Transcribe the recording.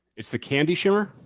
it's the candy shimmer?